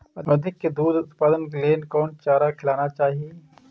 अधिक दूध उत्पादन के लेल कोन चारा खिलाना चाही?